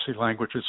language